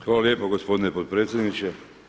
Hvala lijepo gospodine potpredsjedniče.